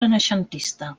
renaixentista